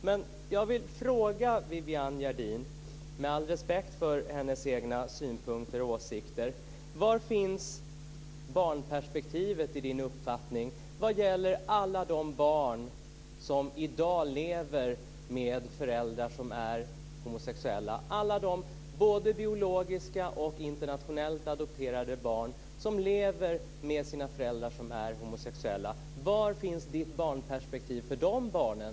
Men jag vill fråga Viviann Gerdin, med all respekt för hennes egna synpunkter och åsikter: Var finns barnperspektivet i Viviann Gerdins uppfattning vad gäller alla de barn som i dag lever med föräldrar som är homosexuella, både barn med en biologisk förälder och internationellt adopterade barn? Var finns barnperspektivet för de barnen,